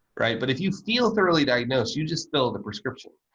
right? but if you feel thoroughly diagnosed, you just fill the prescription.